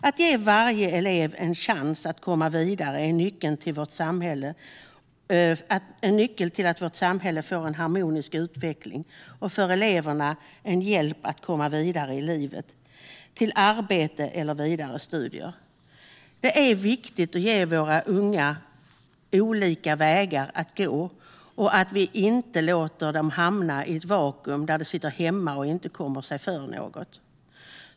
Att ge varje elev en chans att komma vidare är nyckeln till att vårt samhälle får en harmonisk utveckling och för eleverna en hjälp att komma vidare i livet till arbete eller vidare studier. Det är viktigt att ge våra unga olika vägar att gå och att vi inte låter dem hamna i ett vakuum, att de sitter hemma och inte kommer sig för med något.